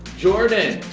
jordyn.